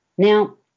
Now